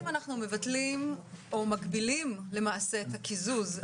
אנחנו בעצם מבטלים או מגבילים את הקיזוז.